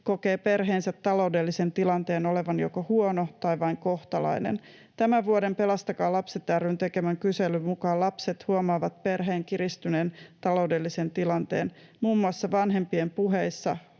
kokee perheensä taloudellisen tilanteen olevan joko huono tai vain kohtalainen. Tämän vuoden Pelastakaa Lapset ry:n tekemän kyselyn mukaan lapset huomaavat perheen kiristyneen taloudellisen tilanteen muun muassa vanhempien puheissa